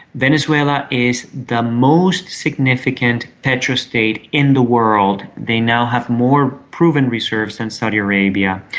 venezuela is the most significant petro-state in the world. they now have more proven reserves than saudi arabia.